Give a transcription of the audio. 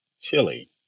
chili